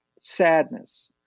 sadness